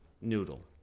Noodle